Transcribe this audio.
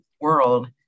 world